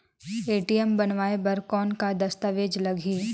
ATM बनवाय बर कौन का दस्तावेज लगही?